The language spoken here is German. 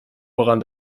woran